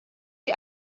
die